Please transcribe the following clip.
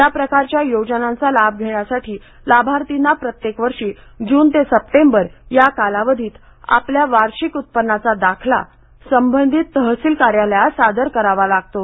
या प्रकारच्या योजनांचा लाभ घेण्यासाठी लाभार्थींना प्रत्येक वर्षी जून ते सप्टेंबर या कालावधीत आपल्या वार्षिक उत्पन्नाचा दाखला संबंधित तहसील कार्यालयात सादर करावा लागतो